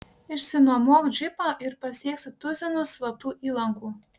išsinuomok džipą ir pasieksi tuzinus slaptų įlankų